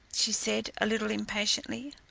she said, a little impatiently.